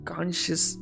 conscious